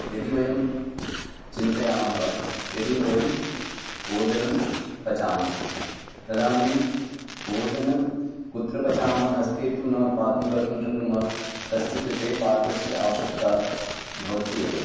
यदि वयं चिन्तयामः यदि वयम् ओदनं पचामः तदानीम् ओदनं कुत्र पचामः हस्ते तु न पाकं कर्तुं शक्नुमः तस्य कृते पात्रस्य आवश्यकता भवत्येव